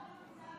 מיליון